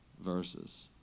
verses